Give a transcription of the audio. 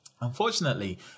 Unfortunately